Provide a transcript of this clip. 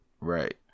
right